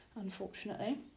unfortunately